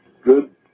good